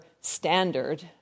standard